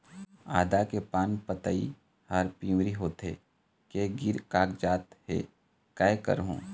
आदा के पान पतई हर पिवरी होथे के गिर कागजात हे, कै करहूं?